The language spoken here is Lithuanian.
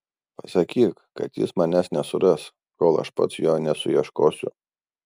pasakyk kad jis manęs nesuras kol aš pats jo nesuieškosiu